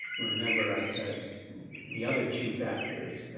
remember, i said the other two factors,